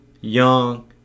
young